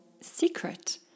secret